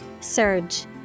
Surge